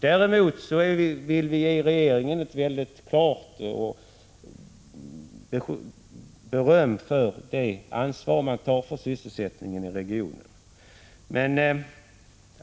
Däremot vill vi ge regeringen ett mycket klart beröm för det ansvar som man tar för sysselsättningen i regionen.